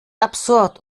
absurd